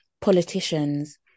politicians